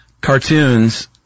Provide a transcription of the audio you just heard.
cartoons